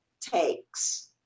takes